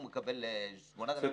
הוא מקבל 8,000 --- זאת אומרת,